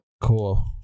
Cool